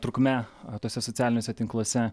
trukme tuose socialiniuose tinkluose